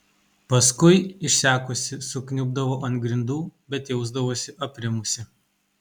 paskui išsekusi sukniubdavo ant grindų bet jausdavosi aprimusi